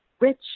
rich